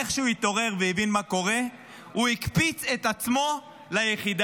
איך שהוא התעורר והבין מה קורה הוא הקפיץ את עצמו ליחידה.